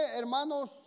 hermanos